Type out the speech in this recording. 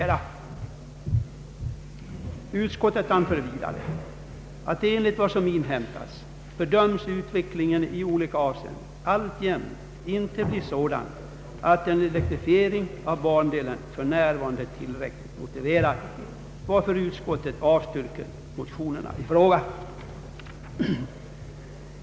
Utskottet anför vidare, att enligt vad som inhämtats bedöms utvecklingen i olika avseenden alltjämt inte bli sådan att en elektrifiering av bandelen för närvarande är tillräckligt motiverad, varför utskottet avstyrker motionerna i fråga.